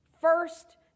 first